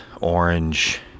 orange